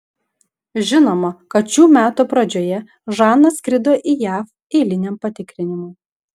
žinoma kad šių metų pradžioje žana skrido į jav eiliniam patikrinimui